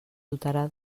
dotarà